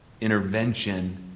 intervention